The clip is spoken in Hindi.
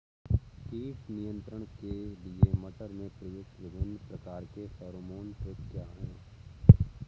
कीट नियंत्रण के लिए मटर में प्रयुक्त विभिन्न प्रकार के फेरोमोन ट्रैप क्या है?